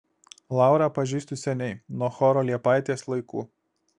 laurą pažįstu seniai nuo choro liepaitės laikų